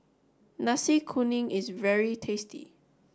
Nasi Kuning is very tasty